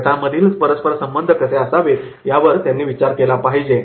गटांमधील परस्परसंबंध कसे असावेत यावर त्यांनी विचार केला पाहिजे